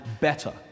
better